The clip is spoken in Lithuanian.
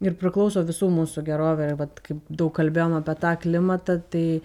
ir priklauso visų mūsų gerovė ir vat kaip daug kalbėjom apie tą klimatą tai